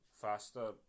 faster